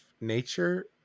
nature